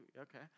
Okay